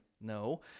No